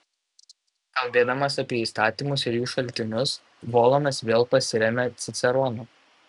kalbėdamas apie įstatymus ir jų šaltinius volanas vėl pasiremia ciceronu